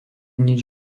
nič